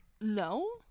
No